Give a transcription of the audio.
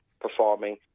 performing